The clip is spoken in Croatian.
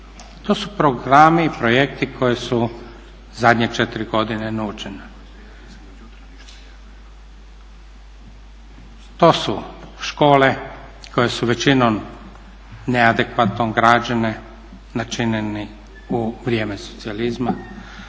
To su programi i projekti koji su zadnje 4 godine nuđena. To su škole koje su većinom neadekvatno građene, načinjene u vrijeme socijalizma,